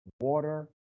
Water